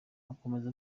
akomeza